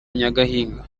nyagahinga